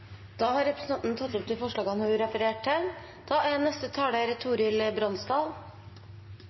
tatt opp de forslagene hun refererte til. Plan- og bygningsloven er